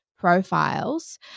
profiles